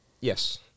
Yes